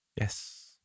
Yes